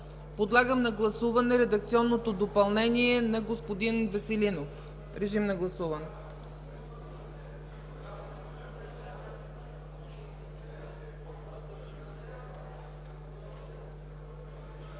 Подлагам на гласуване редакционното допълнение на господин Веселинов. Гласували